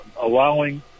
allowing